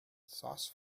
sauce